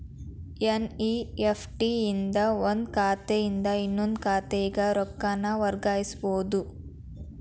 NEFT ಇಂದ ಒಂದ್ ಖಾತೆಯಿಂದ ಇನ್ನೊಂದ್ ಖಾತೆಗ ರೊಕ್ಕಾನ ವರ್ಗಾಯಿಸಬೋದು